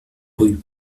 rue